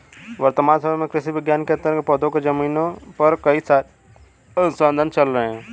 वर्तमान समय में कृषि विज्ञान के अंतर्गत पौधों के जीनोम पर कई सारे अनुसंधान चल रहे हैं